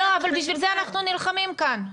לא, אבל בשביל זה אנחנו נלחמים כאן.